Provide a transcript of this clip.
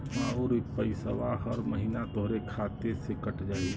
आउर इ पइसवा हर महीना तोहरे खाते से कट जाई